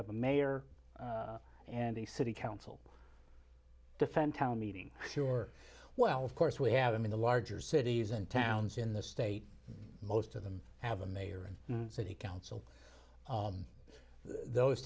have a mayor and a city council defend town meeting sure well of course we have them in the larger cities and towns in the state most of them have a mayor and city council those